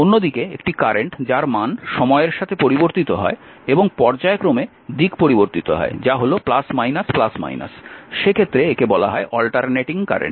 অন্যদিকে একটি কারেন্ট যার মান সময়ের সাথে পরিবর্তিত হয় এবং পর্যায়ক্রমে দিক বিপরীত হয় যা হল সেক্ষেত্রে একে বলা হয় অল্টারনেটিং কারেন্ট